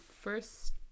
first